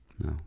No